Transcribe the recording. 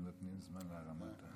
בבקשה.